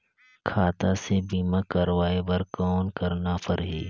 खाता से बीमा करवाय बर कौन करना परही?